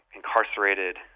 incarcerated